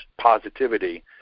positivity